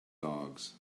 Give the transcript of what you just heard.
dogs